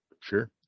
Sure